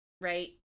right